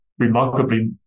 remarkably